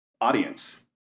audience